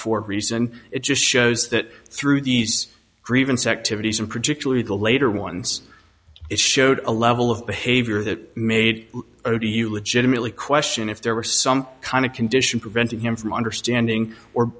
for reason it just shows that through these grievance activities and particularly the later ones it showed a level of behavior that made you legitimately question if there were some kind of condition preventing him from understanding or